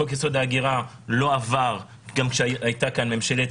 חוק-יסוד: ההגירה לא עבר גם כשהייתה כאן ממשלת